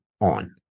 on